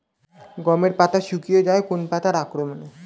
গমের পাতা শুকিয়ে যায় কোন পোকার আক্রমনে?